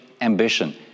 ambition